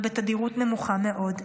אבל בתדירות נמוכה מאוד.